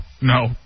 No